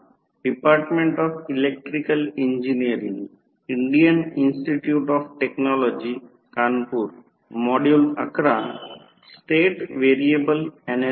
उच्च व्होल्टेज बाजूला असलेल्या टर्मिनल व्होल्टेज वा भार आणि कमी व्होल्टेज विद्युत भार आणि कार्यक्षमता यांची गणना करा